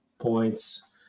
points